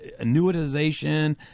annuitization